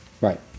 Right